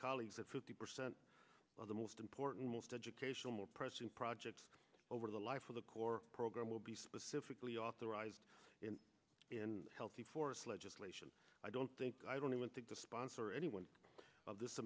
colleagues that fifty percent of the most important most educational more pressing projects over the life of the corps program will be specifically authorized in healthy forests legislation i don't think i don't even think the sponsor anyone of this